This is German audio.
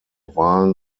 wahlen